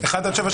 מי בעד?